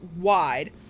wide